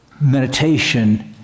meditation